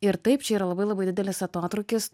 ir taip čia yra labai labai didelis atotrūkis